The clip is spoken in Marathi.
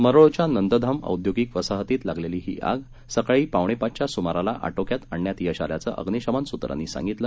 मरोळच्या नंदधाम औद्योगिक वसाहतीत लागलेली ही आग सकाळी पावणे पाचच्या सुमाराला आटोक्यात आणण्यात यश आल्याचं अग्निशमन सूत्रांनी सांगितलं